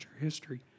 history